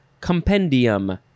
compendium